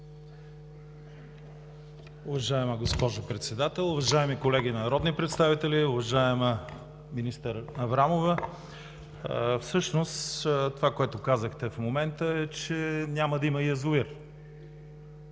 Уважаема госпожо Председател, уважаеми колеги народни представители! Уважаема министър Аврамова, всъщност това, което казахте в момента, е, че няма да има язовир.